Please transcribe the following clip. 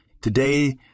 Today